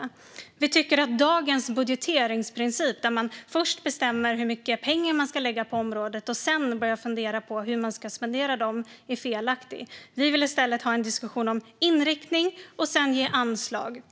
Men vi tycker att dagens budgeteringsprincip, där man först bestämmer hur mycket pengar man ska lägga på området och sedan börjar fundera på hur man ska spendera dem, är felaktig. Vi vill i stället ha en diskussion om inriktning och sedan ge anslag.